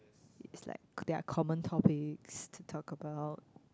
it's like there are common topics to talk about